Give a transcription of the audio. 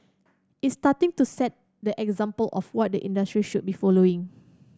it's starting to set the example of what the industry should be following